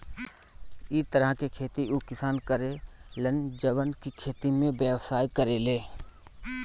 इ तरह के खेती उ किसान करे लन जवन की खेती से व्यवसाय करेले